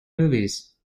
movies